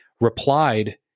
replied